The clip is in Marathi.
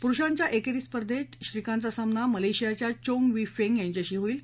पुरुषांच्या एकेरी स्पर्धेत श्रीकांतचा सामना मलेशियाच्या चोंग वी फेंग याच्याशी होईल